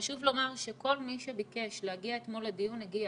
חשוב לומר שכל מי שביקש להגיע אתמול לדיון הגיע.